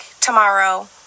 tomorrow